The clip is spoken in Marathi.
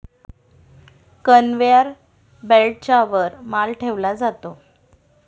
कन्व्हेयर बेल्टच्या वर माल ठेवला जातो